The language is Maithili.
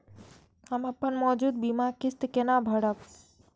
हम अपन मौजूद बीमा किस्त केना भरब?